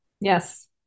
Yes